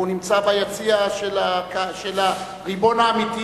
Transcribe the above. והוא נמצא ביציע של הריבון האמיתי,